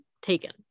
Taken